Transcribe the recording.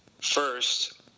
first